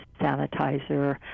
sanitizer